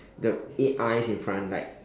the eight eyes in front like